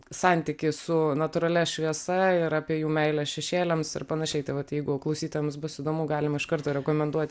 santykį su natūralia šviesa ir apie jų meilę šešėliams ir panašiai tai vat jeigu klausytojams bus įdomu galima iš karto rekomenduoti